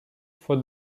for